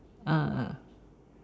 err